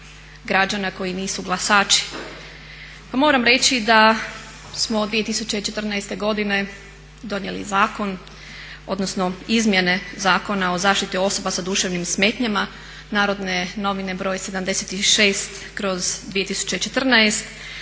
građana koji nisu glasači. Pa moram reći da smo od 2014. godine donijeli zakon, odnosno Izmjene zakona o zaštiti osoba sa duševnim smetnjama Narodne novine br. 76/2014.